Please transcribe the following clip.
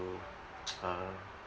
uh